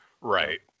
right